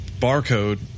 barcode